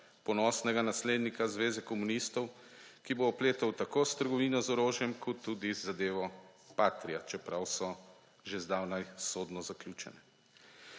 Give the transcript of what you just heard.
ponosnega naslednika Zveze komunistov, ki bo opletal tako s trgovino z orožjem kot tudi z zadevo Patria, čeprav so že zdavnaj sodno zaključene.